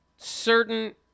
Certain